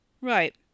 Right